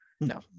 no